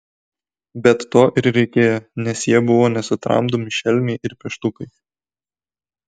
bet to ir reikėjo nes jie buvo nesutramdomi šelmiai ir peštukai